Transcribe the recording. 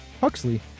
Huxley